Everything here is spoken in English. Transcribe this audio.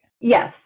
Yes